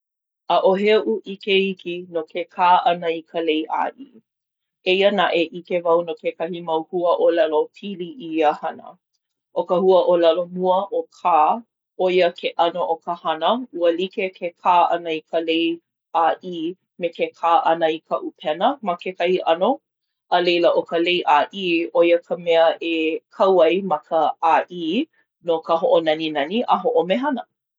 ʻAʻohe oʻu ʻike iki no ke kā ʻana i ka lei ʻāʻī. Eia naʻe, ʻike wau no kekahi mau huaʻōlelo pili i ia hana. ʻO ka huaʻōlelo mua ʻo kā. ʻO ia ke ʻano o ka hana. Ua like ke kā ʻana i ka lei ʻāʻī me ke kā ʻana i ka ʻupena ma kekahi ʻano. A laila, ʻo ka lei ʻāʻī, ʻo ia ka mea e kau ai ma ka ʻāʻī no ka hoʻonaninani a hoʻomehana.